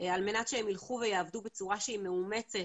על מנת שהם ילכו ויעבדו בצורה שהיא מאומצת